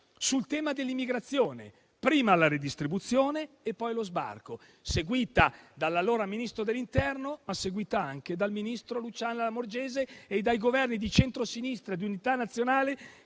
sul tema dell'immigrazione (prima la redistribuzione e poi lo sbarco), seguita dall'allora Ministro dell'interno, ma anche dal ministro Luciana Lamorgese e dai Governi di centrosinistra e di unità nazionale